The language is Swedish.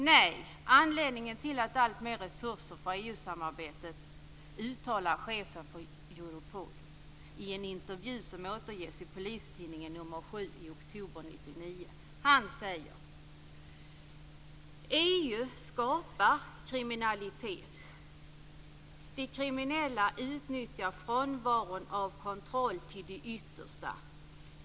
Nej, anledningen till att alltmer resurser behövs till EU-samarbetet uttalar chefen för Europol i en intervju som återges i Polistidningen nr 7 i oktober 1999. Han säger: "EU skapar kriminalitet. De kriminella utnyttjar frånvaron av kontroller till det yttersta.